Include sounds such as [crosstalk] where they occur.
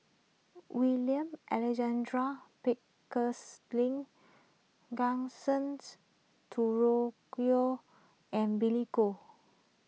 William [unintelligible] [unintelligible] [unintelligible] [unintelligible] and Billy Koh